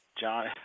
John